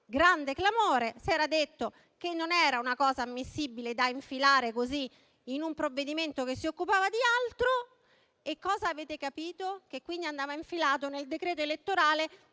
grande clamore, si era detto che non era una cosa ammissibile da infilare così in un provvedimento che si occupava di altro e cosa avete capito? Avete capito che andava infilato nel decreto elettorale